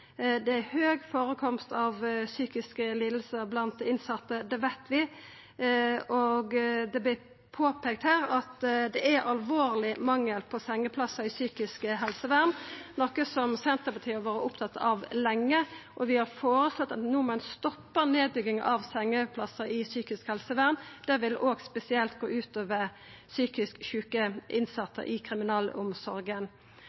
Det er høg førekomst av psykiske lidingar blant innsette – det veit vi – og det har vorte påpeikt her at det er alvorleg mangel på sengeplassar i psykisk helsevern, noko Senterpartiet har vore opptatt av lenge. Vi har føreslått at ein no må stoppa nedbygginga av sengeplassar i psykisk helsevern, som vil gå spesielt utover psykisk sjuke